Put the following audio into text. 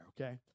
okay